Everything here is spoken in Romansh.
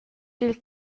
dil